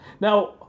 now